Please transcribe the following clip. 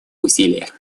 усилия